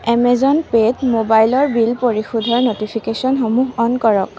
Amazon পে'ত মোবাইলৰ bill পৰিশোধৰ ন'টিফিকেশ্যনসমূহ অ'ন কৰক